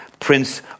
Prince